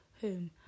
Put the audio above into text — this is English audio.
home